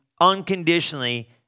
unconditionally